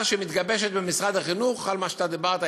שמגובשת במשרד החינוך על מה שאתה דיברת,